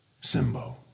Simbo